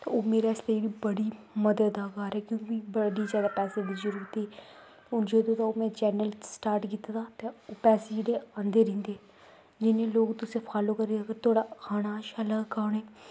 ते ओह् मेरे आस्तै बी बड़ी मददगार ऐ क्योंकि बड़ी जादा पैसे दी जरूरत ऐ ते हून जदूं दा ओह् में चैनल स्टार्ट कीते दा ते ओह् पैसे जेह्ड़े आंदे रैंह्दे जिन्ने लोग तुसेंगी फालो करगे ते अगर थुआढ़ा खाना शैल लग्गा उ'नें